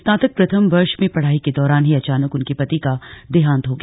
स्नातक प्रथम वर्ष में पढाई के दौरान ही अचानक उनके पति का देहांत हो गया